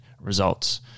results